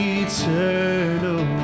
eternal